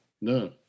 No